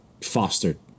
fostered